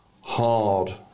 hard